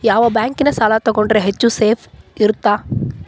ಯಾವ ಬ್ಯಾಂಕಿನ ಸಾಲ ತಗೊಂಡ್ರೆ ಹೆಚ್ಚು ಸೇಫ್ ಇರುತ್ತಾ?